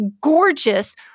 gorgeous